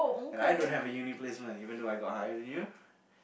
and I don't have uni placement even though I got higher than you